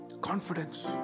Confidence